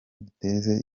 duteze